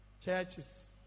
churches